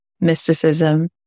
mysticism